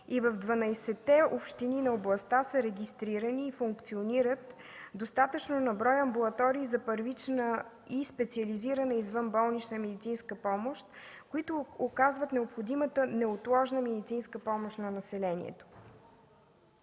и в 12-те общини на областта са регистрирани и функционират достатъчно на брой амбулатории за първична и специализирана извънболнична медицинска помощ, които оказват необходимата неотложна медицинска помощ на населението.